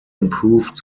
improved